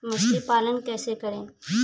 मछली पालन कैसे करें?